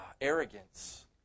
arrogance